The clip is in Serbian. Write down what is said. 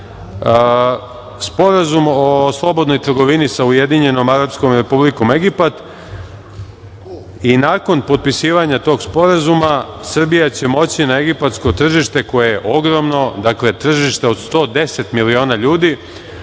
Sporazum o slobodnoj trgovini sa Ujedinjenom Arapskom Republikom Egipat i nakon potpisivanja tog sporazuma Srbija će moći na egipatsko tržište, koje je ogromno, dakle, tržište od 110 miliona ljudi,